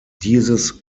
dieses